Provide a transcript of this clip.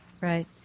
right